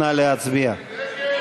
נא להצביע.